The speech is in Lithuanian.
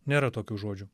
nėra tokių žodžių